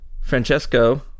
Francesco